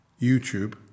YouTube